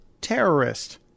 terrorist